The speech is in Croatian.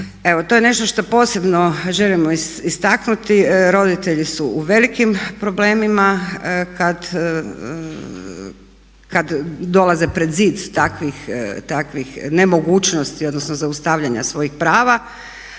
Evo to je nešto što posebno istaknuti, roditelji su u velikim problemima kad dolaze pred zid takvih nemogućnosti odnosno zaustavljanja svojih prava